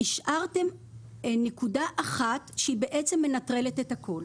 אבל השארתם נקודה אחת שלמעשה מנטרלת את הכול.